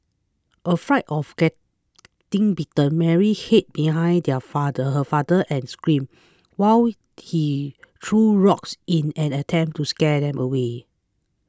afraid of getting bitten Mary hid behind her father her father and screamed while he threw rocks in an attempt to scare them away